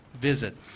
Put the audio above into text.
visit